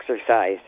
exercise